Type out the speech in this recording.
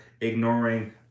ignoring